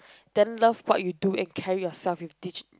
then love what you do and carry yourself and teach